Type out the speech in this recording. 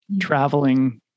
traveling